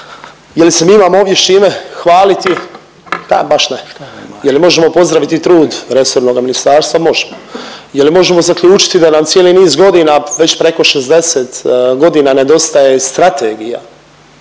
je li se mi imamo ovdje s čim hvaliti? Pa baš ne. Je li možemo pozdraviti trud resornoga ministarstva? Možemo. Je li možemo zaključiti da nam cijeli niz godina, već preko 60 godina nedostaje strategija